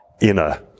inner